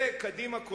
בזה קדימה,